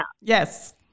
Yes